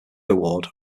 award